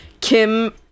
kim